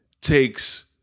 takes